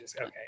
Okay